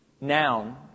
noun